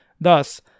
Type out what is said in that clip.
Thus